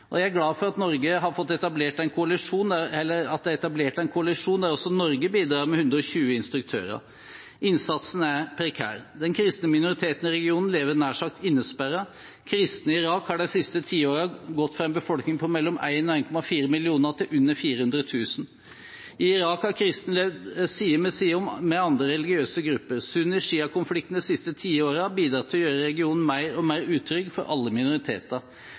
Jeg er glad for at det er blitt etablert en koalisjon der også Norge bidrar med 120 instruktører. Innsatsen er prekær. Den kristne minoriteten i regionen lever nær sagt innesperret. Kristne i Irak har de siste tiårene gått fra en befolkning på mellom 1 og 1,4 millioner til under 400 000. I Irak har kristne levd side om side med andre religiøse grupper. Sunni–sjia-konflikten de siste tiårene har bidratt til å gjøre regionen mer og mer utrygg for alle minoriteter.